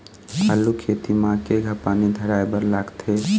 आलू खेती म केघा पानी धराए बर लागथे?